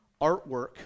artwork